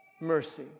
mercy